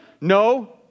no